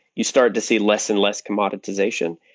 you start to see less and less commoditization.